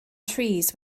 trees